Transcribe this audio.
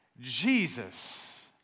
Jesus